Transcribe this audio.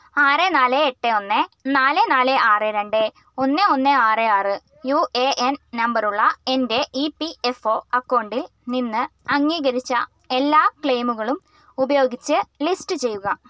ആറ് നാല് എട്ട് ഒന്ന് നാല് നാല് ആറ് രണ്ട് ഒന്ന് ഒന്ന് ആറ് ആറ് യു എ എൻ നമ്പർ ഉള്ള എൻ്റെ ഇ പി എഫ് ഒ അക്കൗണ്ടിൽ നിന്ന് അംഗീകരിച്ച എല്ലാ ക്ലെയിമുകളും ഉപയോഗിച്ച് ലിസ്റ്റ് ചെയ്യുക